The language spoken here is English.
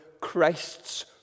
Christ's